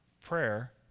Prayer